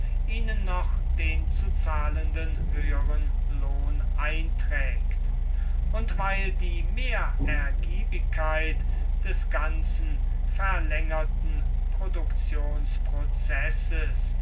ihnen noch den zu zahlenden höheren lohn einträgt und weil die mehrergiebigkeit des ganzen verlängerten produktionsprozesses